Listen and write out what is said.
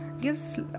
gives